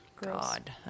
God